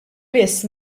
biss